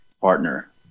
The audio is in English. partner